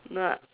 no lah